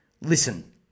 listen